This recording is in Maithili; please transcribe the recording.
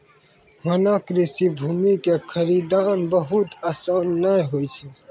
होना कृषि भूमि कॅ खरीदना बहुत आसान नाय होय छै